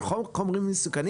אבל חוק חומרים מסוכנים